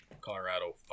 colorado